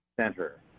center